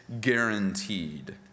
guaranteed